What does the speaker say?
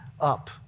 up